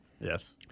Yes